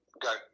go –